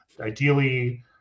Ideally